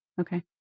Okay